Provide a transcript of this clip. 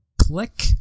Click